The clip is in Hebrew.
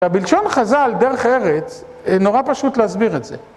שהבלשון חז"ל דרך הארץ, נורא פשוט להסביר את זה.